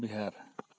Bihar